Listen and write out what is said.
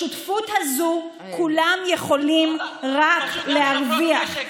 בשותפות הזו כולם יכולים רק להרוויח.